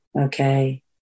okay